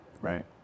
Right